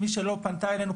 מי שלא פנתה אלינו,